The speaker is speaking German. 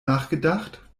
nachgedacht